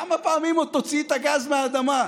כמה פעמים עוד תוציא את הגז מהאדמה?